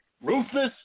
Ruthless